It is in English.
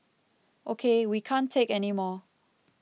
ok we can't take anymore